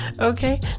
Okay